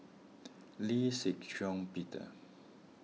Lee Shih Shiong Peter